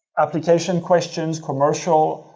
application questions, commercial,